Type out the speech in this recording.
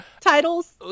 titles